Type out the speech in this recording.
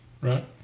right